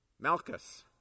Malchus